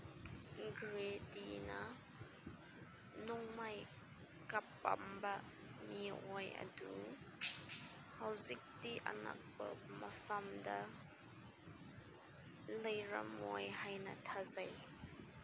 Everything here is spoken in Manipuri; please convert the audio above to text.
ꯒ꯭ꯔꯦꯗꯤꯅ ꯅꯣꯡꯃꯩ ꯀꯥꯞꯄꯝꯕ ꯃꯤꯑꯣꯏ ꯑꯗꯨ ꯍꯧꯖꯤꯛꯇꯤ ꯑꯅꯛꯄ ꯃꯐꯝꯗ ꯂꯩꯔꯝꯃꯣꯏ ꯍꯥꯏꯅ ꯊꯥꯖꯩ